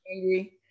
angry